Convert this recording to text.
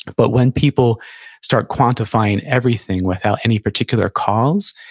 but when people start quantifying everything without any particular cause,